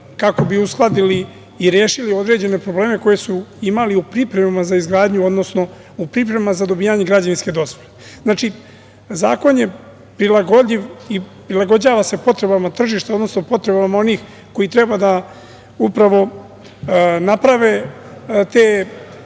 kako bi uskladili i rešili određene probleme koje su imali u pripremama za izgradnju, odnosno u pripremama za dobijanje građevinske dozvole. Znači, zakon je prilagodljiv i prilagođava se potrebama tržišta, odnosno potrebama onih koji treba upravo da naprave te